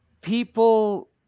people